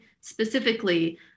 specifically